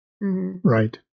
Right